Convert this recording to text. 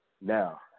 Now